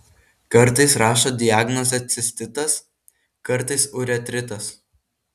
kartais rašo diagnozę cistitas kartais uretritas